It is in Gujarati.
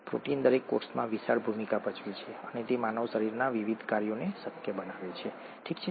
પ્રોટીન દરેક કોષમાં વિશાળ ભૂમિકા ભજવે છે અને તે માનવ શરીરના વિવિધ કાર્યોને શક્ય બનાવે છે ઠીક છે